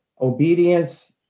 obedience